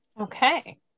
Okay